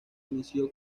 inició